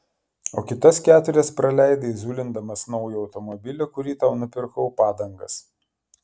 o kitas keturias praleidai zulindamas naujo automobilio kurį tau nupirkau padangas